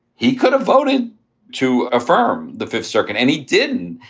he could have voted to affirm the fifth circuit. and he didn't.